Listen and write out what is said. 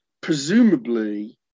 presumably